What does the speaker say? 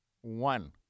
One